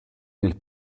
nel